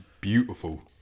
beautiful